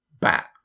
bat